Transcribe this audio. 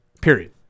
period